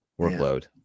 workload